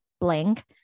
blank